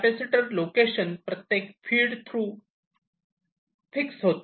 capacitor location प्रत्येक feed through fix होते